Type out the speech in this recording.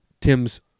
Tim's